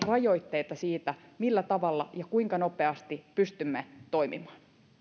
rajoitteita siinä millä tavalla ja kuinka nopeasti pystymme toimimaan